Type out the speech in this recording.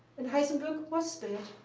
and heisenberg was